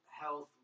health